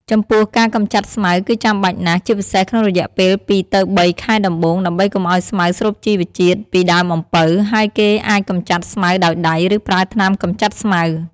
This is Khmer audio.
ចំពោះការកម្ចាត់ស្មៅគឺចាំបាច់ណាស់ ជាពិសេសក្នុងរយៈពេល ២ ទៅ ៣ ខែដំបូង ដើម្បីកុំឱ្យស្មៅស្រូបជីវជាតិពីដើមអំពៅ ហើយគេអាចកម្ចាត់ស្មៅដោយដៃ ឬប្រើថ្នាំកម្ចាត់ស្មៅ។